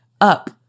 up